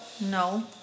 No